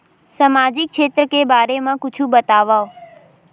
सामजिक क्षेत्र के बारे मा कुछु बतावव?